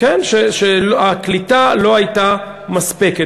שהקליטה לא הייתה מספקת.